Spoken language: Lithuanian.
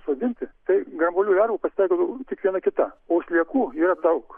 sodinti tai grambuolių lervų pasitaikydavo tik viena kita o sliekų yra daug